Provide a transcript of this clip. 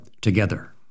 together